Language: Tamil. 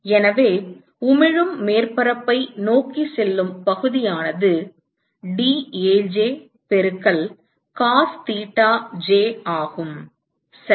எனவே உமிழும் மேற்பரப்பை நோக்கிச் செல்லும் பகுதி ஆனது dAj பெருக்கல் cos theta j ஆகும் சரி